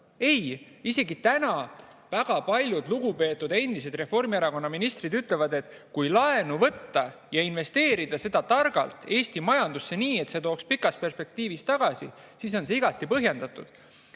Ei, isegi täna väga paljud lugupeetud Reformierakonna endised ministrid ütlevad, et kui laenu võtta ja investeerida seda targalt Eesti majandusse nii, et see tooks pikas perspektiivis tagasi, siis oleks see igati põhjendatud.